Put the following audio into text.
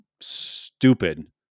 stupid